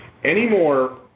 Anymore